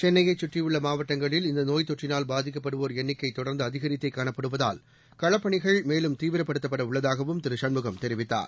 சென்னையைசுற்றியுள்ளமாவட்டங்களில் இந்தநோய் தொற்றினால் பாதிக்கப்படுவோர் எண்ணிக்கைதொடர்ந்துஅதிகரித்தேகாணப்படுவதால் களப்பணிகள் மேலும் தீவிரப்படுத்தப்படஉள்ளதாகவும் திருசண்முகம் தெரிவித்தார்